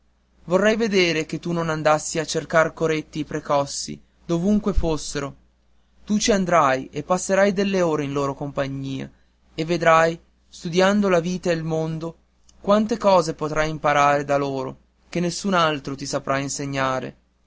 vorrei vedere che tu non andassi a cercar coretti e precossi dovunque fossero tu ci andrai e passerai delle ore in loro compagnia e vedrai studiando la vita e il mondo quante cose potrai imparare da loro che nessun altri ti saprà insegnare